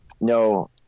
no